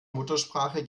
muttersprache